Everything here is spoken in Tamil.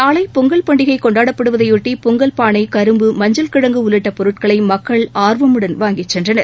நாளை பொங்கல் பண்டிகை கொன்டாடப்படுவதையொட்டி பொங்கல் பானை கரும்பு மஞ்சள் கிழங்கு உள்ளிட்ட பொருட்களை மக்கள் அர்வமுடன் வாங்கி சென்றனர்